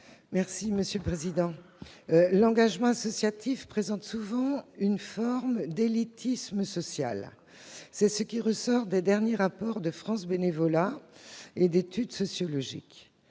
Mme Christine Prunaud. L'engagement associatif représente souvent une forme d'élitisme social. C'est ce qui ressort des derniers rapports de France Bénévolat et d'études sociologiques.